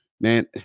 man